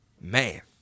Man